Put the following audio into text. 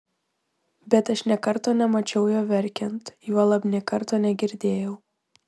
bet aš nė karto nemačiau jo verkiant juolab nė karto negirdėjau